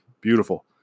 beautiful